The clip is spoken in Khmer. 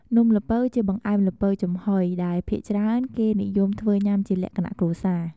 នំល្ពៅជាបង្អែមល្ពៅចំហុយដែលភាគច្រើនគេនិយមធ្វើញុាំជាលក្ខណៈគ្រួសារ។